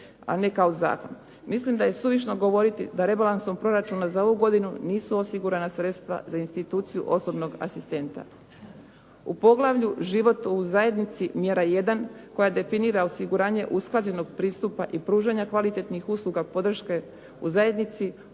a ne kao zakon. Mislim da je suvišno govoriti da rebalansom proračuna za ovu godinu nisu osigurana sredstva za instituciju osobnog asistenta. U poglavlju "Život u zajednici" mjera 1. koja definira osiguranje usklađenog pristupa i pružanja kvalitetnih usluga podrške u zajednici